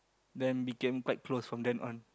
then became quite close from then on